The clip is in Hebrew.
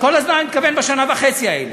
כל הזמן אני מתכוון בשנה וחצי האלה.